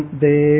de